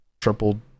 triple